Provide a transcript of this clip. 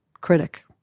critic